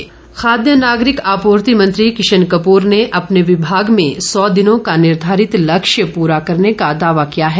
किशन कपूर खाद्य नागरिक आपूर्ति मंत्री किशन कपूर ने अपने विभाग में सौ दिनों का निर्धारित लक्ष्य पूरा करने का दावा किया है